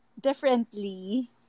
differently